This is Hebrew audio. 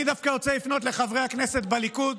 אני דווקא רוצה לפנות לחברי הכנסת בליכוד